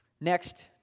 next